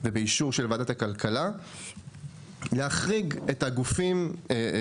ובאישור של ועדת הכלכלה להחריג גופים